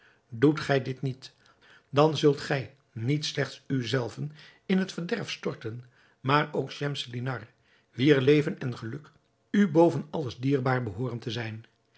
doet gij dit niet dan zult gij niet slechts u zelven in het verderf storten maar ook schemselnihar wier leven en geluk u boven alles dierbaar behooren te zijn